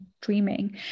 dreaming